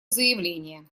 заявление